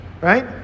right